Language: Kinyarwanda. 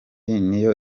niyo